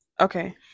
Okay